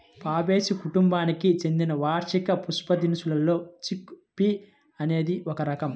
Fabaceae కుటుంబానికి చెందిన వార్షిక పప్పుదినుసుల్లో చిక్ పీ అనేది ఒక రకం